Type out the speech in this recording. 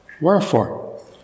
Wherefore